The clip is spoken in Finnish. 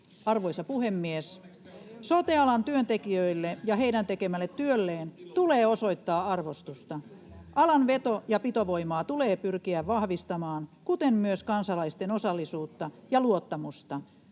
Arvoisa puhemies! Sote-alan työntekijöille ja heidän tekemälleen työlle tulee osoittaa arvostusta. Alan veto‑ ja pitovoimaa tulee pyrkiä vahvistamaan, kuten myös kansalaisten osallisuutta ja luottamusta.